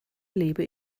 lebe